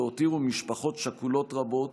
והותירו משפחות שכולות רבות,